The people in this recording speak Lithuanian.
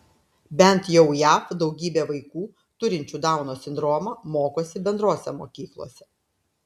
bent jau jav daugybė vaikų turinčių dauno sindromą mokosi bendrose mokyklose